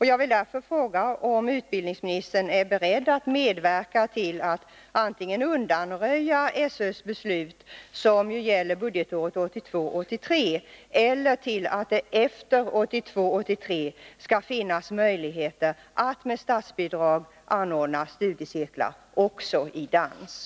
Jag vill därför fråga om utbildningsministern är beredd att medverka till att antingen undanröja SÖ:s beslut, som ju gäller budgetåret 1982 83 skall finnas möjligheter att med statsbidrag anordna studiecirklar också i dans.